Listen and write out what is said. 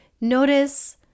Notice